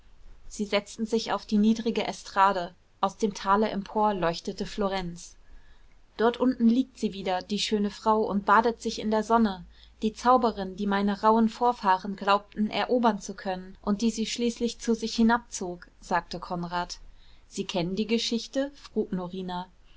sie setzten sich auf die niedrige estrade aus dem tale empor leuchtete florenz dort unten liegt sie wieder die schöne frau und badet sich in der sonne die zauberin die meine rauhen vorfahren glaubten erobern zu können und die sie schließlich zu sich hinabzog sagte konrad sie kennen die geschichte frug norina